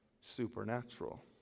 supernatural